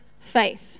faith